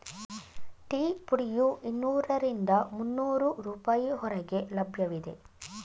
tea ಪುಡಿಯು ಇನ್ನೂರರಿಂದ ಮುನ್ನೋರು ರೂಪಾಯಿ ಹೊರಗೆ ಲಭ್ಯವಿದೆ